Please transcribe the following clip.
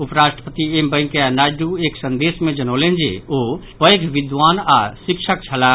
उपराष्ट्रपति एम वेंकैया नायडू एक संदेश मे जनौलनि जे ओ पैघ विद्वान आओर शिक्षक छलाह